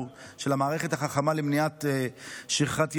של המערכת החכמה למניעת שכחת ילדים.